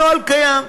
הנוהל קיים.